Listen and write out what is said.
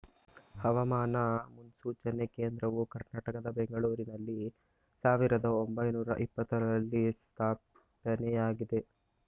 ಹವಾಮಾನ ಮುನ್ಸೂಚನೆ ಕೇಂದ್ರವು ಕರ್ನಾಟಕದ ಬೆಂಗಳೂರಿನಲ್ಲಿ ಸಾವಿರದ ಒಂಬೈನೂರ ಎಪತ್ತರರಲ್ಲಿ ಸ್ಥಾಪನೆಯಾಗಿದೆ